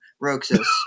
Roxas